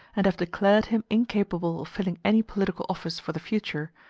and have declared him incapable of filling any political office for the future,